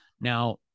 Now